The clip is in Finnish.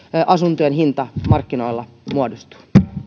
asuntojen hinta markkinoilla muodostuu